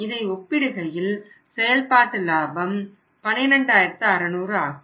இதை ஒப்பிடுகையில் செயல்பாட்டு லாபம் 12600 ஆகும்